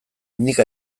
nik